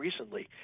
recently